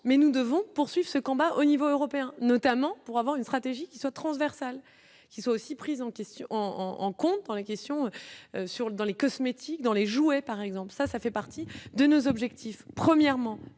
mais nous devons poursuivre ce combat au niveau européen, notamment pour avoir une stratégie qui soit transversales qui sont aussi prises en question en en comptant les questions sur l'dans les cosmétiques, dans les jouets, par exemple, ça, ça fait partie de nos objectifs, premièrement,